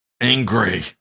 Angry